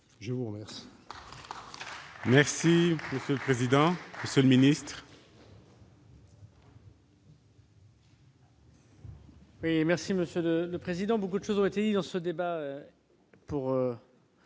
Je vous remercie